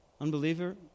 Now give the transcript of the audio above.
Unbeliever